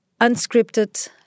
unscripted